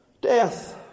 Death